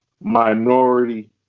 minority